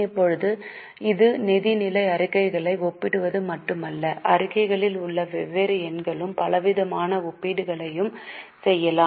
இப்போது இது நிதிநிலை அறிக்கைகளை ஒப்பிடுவது மட்டுமல்ல அறிக்கையில் உள்ள வெவ்வேறு எண்களும் பலவிதமான ஒப்பீடுகளையும் செய்யலாம்